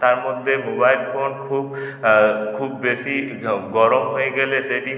তার মধ্যে mobile phone খুব খুব বেশি গরম হয়ে গেলে সেটি